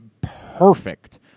perfect